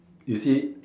you see